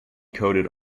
coated